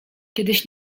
kiedyś